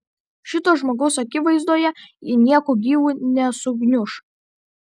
šito žmogaus akivaizdoje ji nieku gyvu nesugniuš